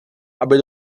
aby